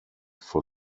for